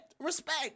Respect